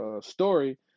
story